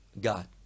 god